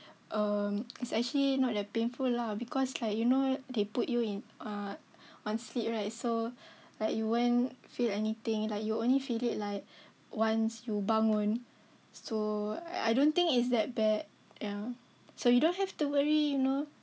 um it's actually not that painful lah because like you know they put you in uh on sleep right so like you won't feel anything like you only feel it like once you bangun so I don't think it's that bad ya so you don't have to worry you know